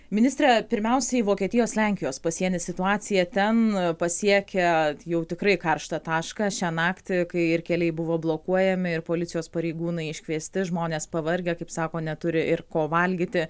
ministre pirmiausiai vokietijos lenkijos pasieny situacija ten pasiekė jau tikrai karštą tašką šią naktį kai ir keliai buvo blokuojami ir policijos pareigūnai iškviesti žmonės pavargę kaip sako neturi ir ko valgyti